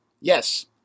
Yes